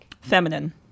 feminine